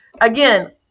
again